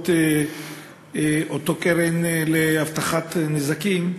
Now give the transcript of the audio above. באמצעות אותה קרן לביטוח נזקים,